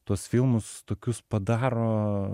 tuos filmus tokius padaro